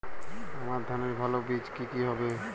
আমান ধানের ভালো বীজ কি কি হবে?